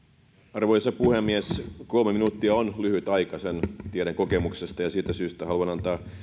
arvoisa puhemies kolme minuuttia on lyhyt aika sen tiedän kokemuksesta ja siitä syystä haluan antaa